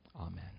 Amen